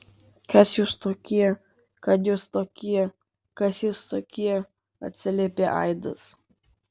kas jūs tokie kad jūs tokie kas jūs tokie atsiliepė aidas